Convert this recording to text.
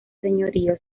señorío